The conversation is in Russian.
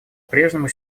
прежнему